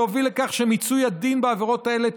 להוביל לכך שמיצוי הדין בעבירות האלה